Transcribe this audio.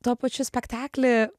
tuo pačiu spektakly